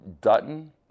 Dutton